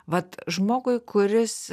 vat žmogui kuris